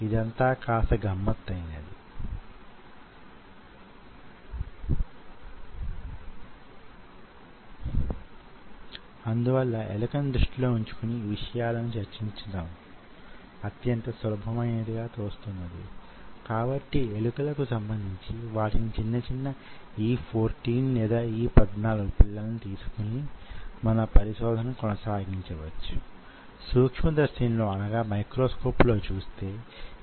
కండరాల గురించి చర్చిస్తూ వున్నప్పుడు నేను మీ కండరాలు 2 కీలకమైన నిర్మాణాత్మకమైన ప్రోటీన్లు అంటే మ్యోసిన్ మరియు యాక్టిన్ లేదా యాక్టిన్ మరియు మ్యోసిన్ ల తో తయారవుతాయని చెప్పి వున్నాను